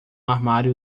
armário